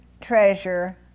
treasure